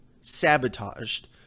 sabotaged